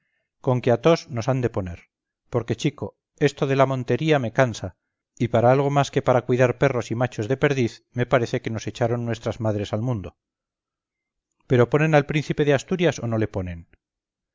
vacantes conque a toos nos han de poner porque chico esto de la montería me cansa y para algo más que para cuidar perros y machos de perdiz me parece que nos echaron nuestras madres al mundo pero ponen al príncipe de asturias o no le ponen